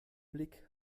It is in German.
blick